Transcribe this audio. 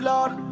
Lord